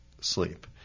sleep